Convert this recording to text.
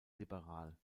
liberal